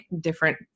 different